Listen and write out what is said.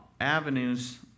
avenues